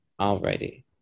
Alrighty